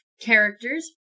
characters